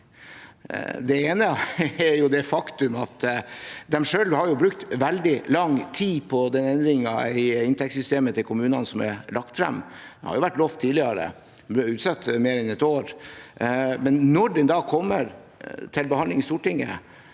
Det ene er det faktum at de selv har brukt veldig lang tid på endringen i inntektssystemet til kommunene som er lagt frem. Det har jo vært lovet at den skulle komme tidligere, og ble utsatt i mer enn et år. Når den da kommer til behandling i Stortinget,